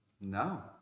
No